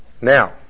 Now